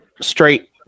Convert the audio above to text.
straight